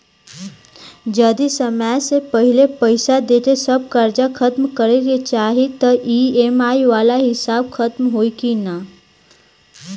जदी समय से पहिले पईसा देके सब कर्जा खतम करे के चाही त ई.एम.आई वाला हिसाब खतम होइकी ना?